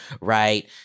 right